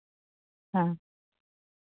ᱦᱮᱸ